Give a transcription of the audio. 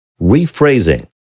rephrasing